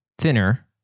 thinner